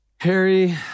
Harry